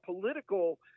political